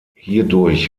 hierdurch